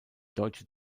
deutsche